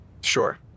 Sure